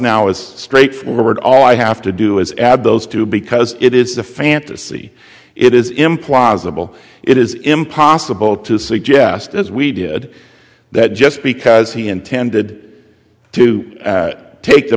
now it's straight forward all i have to do is add those two because it is a fantasy it is implausible it is impossible to suggest as we did that just because he intended to take the